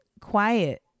quiet